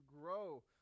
grow